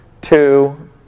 two